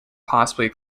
possibly